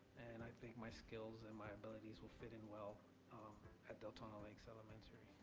and i think my skills and my abilities will fit in well um at deltona lakes elementary.